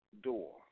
door